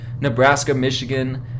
Nebraska-Michigan